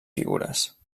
figures